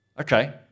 Okay